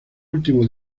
último